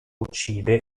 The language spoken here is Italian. uccide